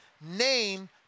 name